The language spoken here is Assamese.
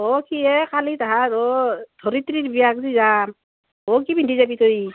অ' কি হে কালি তাহাৰ অ' ধৰিত্ৰীৰ বিয়াত যে যাম অ' কি পিন্ধি যাবি তই